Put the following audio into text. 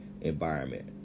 environment